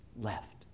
left